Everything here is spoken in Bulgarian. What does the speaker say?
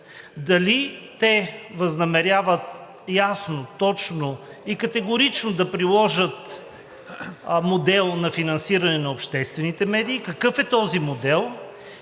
дали те възнамеряват ясно, точно и категорично да приложат модел на финансиране на обществените медии, какъв е този модел,